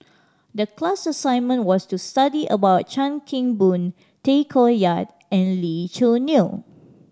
the class assignment was to study about Chan Kim Boon Tay Koh Yat and Lee Choo Neo